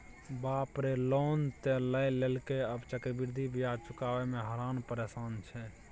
बाप रे लोन त लए लेलकै आब चक्रवृद्धि ब्याज चुकाबय मे हरान परेशान छै